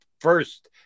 first